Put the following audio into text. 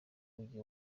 mujyi